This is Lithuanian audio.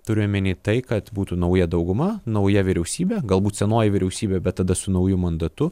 turiu omeny tai kad būtų nauja dauguma nauja vyriausybė galbūt senoji vyriausybė bet tada su nauju mandatu